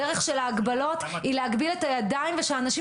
הדרך של ההגבלות היא להגביל את הידיים ושהאנשים